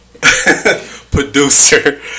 producer